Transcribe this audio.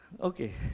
Okay